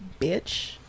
bitch